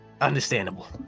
understandable